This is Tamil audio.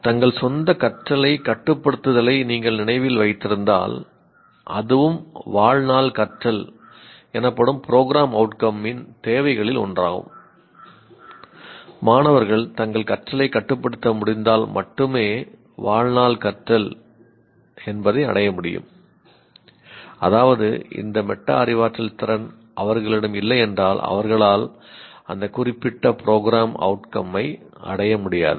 தங்கள் சொந்த கற்றலைக் கட்டுப்படுத்துதலை நீங்கள் நினைவில் வைத்திருந்தால் அதுவும் வாழ்நாள் கற்றல் எனப்படும் ப்ரோக்ராம் அவுட்கம் ஐ அடைய முடியாது